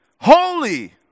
holy